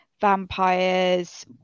vampires